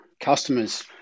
customers